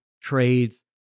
trades